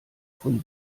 von